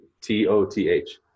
T-O-T-H